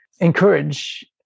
encourage